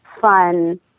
fun